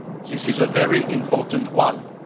this is a very important one.